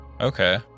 Okay